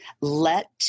let